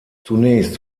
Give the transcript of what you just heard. zunächst